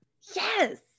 Yes